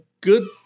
good